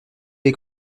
les